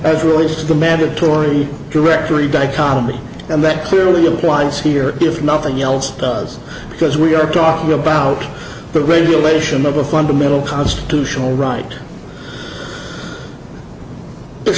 as relates to the mandatory directory dichotomy and that clearly applies here if nothing else does because we are talking about the regulation of a fundamental constitutional right